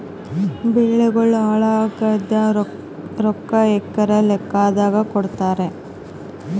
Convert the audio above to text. ಬೆಳಿಗೋಳ ಹಾಳಾಗಿದ ರೊಕ್ಕಾ ಎಕರ ಲೆಕ್ಕಾದಾಗ ಕೊಡುತ್ತಾರ?